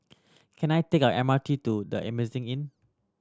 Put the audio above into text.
can I take a M R T to The Amazing Inn